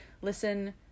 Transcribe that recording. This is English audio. listen